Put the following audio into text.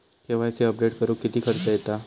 KYC update करुक किती खर्च येता?